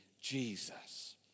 Jesus